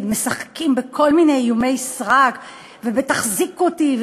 משחקים בכל מיני איומי סרק ובתחזיקו אותי,